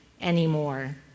anymore